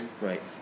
Right